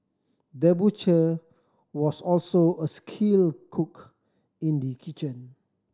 the butcher was also a skilled cook in the kitchen